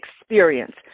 experience